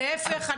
להיפך,